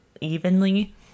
evenly